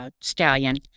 stallion